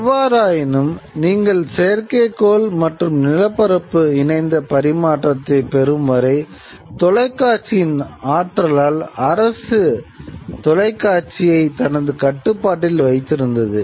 எவ்வாறாயினும் நீங்கள் செயற்கைக்கோள் மற்றும் நிலப்பரப்பு இணைந்த பரிமாற்றத்தை பெறும் வரை தொலைக்காட்சியின் ஆற்றலால் அரசு தொலைக்காட்சியை தனது கட்டுப்பாட்டில் வைத்திருந்தது